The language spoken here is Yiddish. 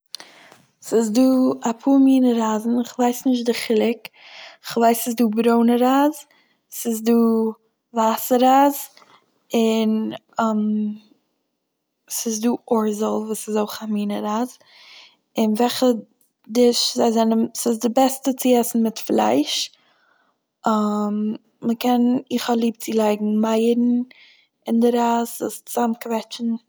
ס'איז דא אפאר מינע רייזן, כ'ווייס נישט די חילוק, כ'ווייסט ס'איז דא ברוינע רייז, ס'איז דא ווייסע רייז, און ס'איז דא וואס איז אויך א מינע רייז, אין וועלכע דיש זיי זענען- ס'איז די בעסטע צו עסן מיט פלייש, מ'קען- איך האב ליב צו לייגן מייערן אין די רייז, עס צאמקוועטשן.